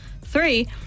Three